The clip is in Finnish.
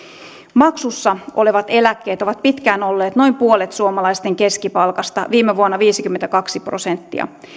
maksussa olevat eläkkeet ovat pitkään olleet noin puolet suomalaisten keskipalkasta viime vuonna viisikymmentäkaksi prosenttia